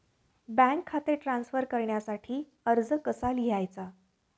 Bank खाते transfer करण्यासाठी अर्ज कसा लिहायचा?